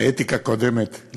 האתיקה קודמת לכול.